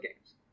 games